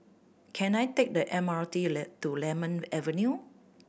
can I take the M R T to Lemon Avenue